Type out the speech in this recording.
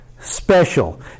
special